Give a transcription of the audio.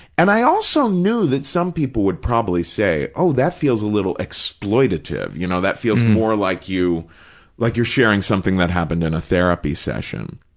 and i also knew that some people would probably say, oh, that feels a little exploitative, you know, that feels more like like you're sharing something that happened in a therapy session.